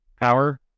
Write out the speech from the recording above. power